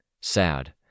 sad